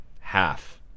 half